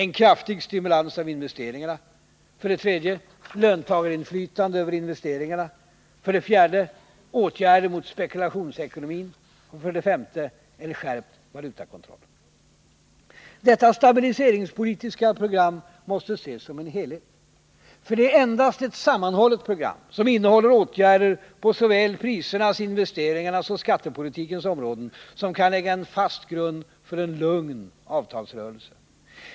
En kraftig stimulans av investeringarna. Detta stabiliseringspolitiska program måste ses som en helhet. För det är endast ett sammanhållet program — som innehåller åtgärder på såväl prisernas och investeringarnas som skattepolitikens områden — som kan lägga en fast grund för en lugn avtalsrörelse.